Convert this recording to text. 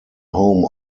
home